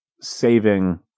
saving